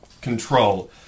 control